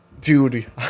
Dude